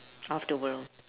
of the world